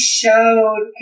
showed